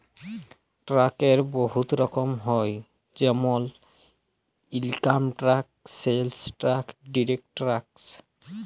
ট্যাক্সের বহুত রকম হ্যয় যেমল income tax, sales tax, direct tax